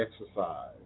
exercise